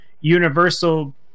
Universal